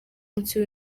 munsi